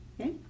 Okay